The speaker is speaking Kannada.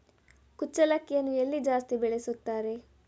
ಕುಚ್ಚಲಕ್ಕಿಯನ್ನು ಎಲ್ಲಿ ಜಾಸ್ತಿ ಬೆಳೆಸುತ್ತಾರೆ?